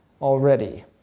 already